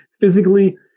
Physically